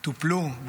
טופלו,